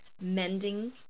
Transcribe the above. mending